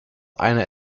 einer